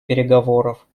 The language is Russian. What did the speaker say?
переговоров